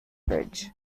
bridge